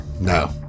No